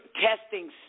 Testing